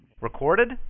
Recorded